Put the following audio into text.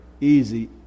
easy